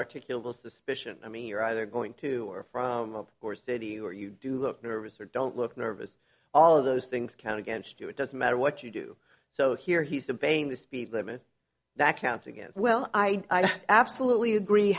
articulable suspicion i mean you're either going to or from of or thirty or you do look nervous or don't look nervous all of those things count against you it doesn't matter what you do so here he said bang the speed limit back out again well i absolutely agree